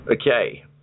Okay